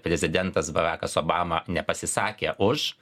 prezidentas barakas obama nepasisakė už